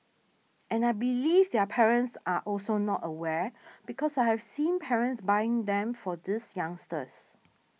and I believe their parents are also not aware because I have seen parents buying them for these youngsters